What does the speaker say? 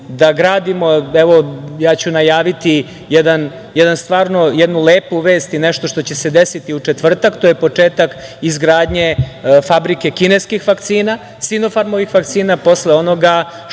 da gradimo, najaviću jednu lepu vest i nešto što će se desiti u četvrtak, a to je početak izgradnje fabrike kineskih vakcina, Sinofarmovih vakcina, posle onoga što